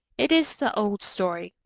it is the old story.